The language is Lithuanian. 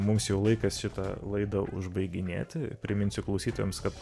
mums jau laikas šitą laidą užbaiginėti priminsiu klausytojams kad